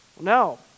No